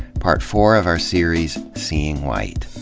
part four of our series, seeing white.